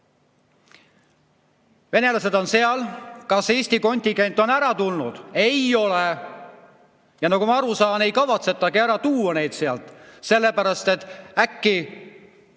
Venelased on seal. Kas Eesti kontingent on ära tulnud? Ei ole. Ja nagu ma aru saan, ei kavatsetagi neid sealt ära tuua, sellepärast et äkki